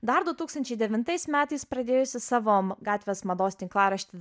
dar du tūkstančiai devintais metais pradėjusi savo gatvės mados tinklaraštį